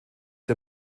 der